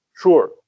sure